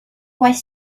was